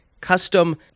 custom